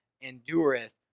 endureth